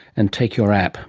and take your app